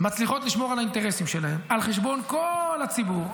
מצליחות לשמור על האינטרסים שלהן על חשבון כל הציבור.